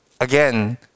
again